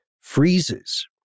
freezes